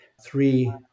three